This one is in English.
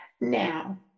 Now